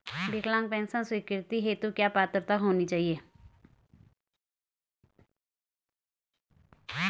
विकलांग पेंशन स्वीकृति हेतु क्या पात्रता होनी चाहिये?